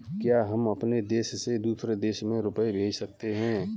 क्या हम अपने देश से दूसरे देश में रुपये भेज सकते हैं?